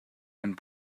and